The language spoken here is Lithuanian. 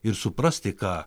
ir suprasti ką